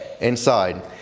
inside